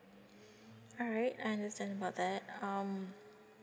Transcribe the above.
alright I understand about that um